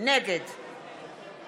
נגד